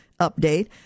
update